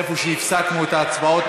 איפה שהפסקנו את ההצבעות,